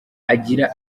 agira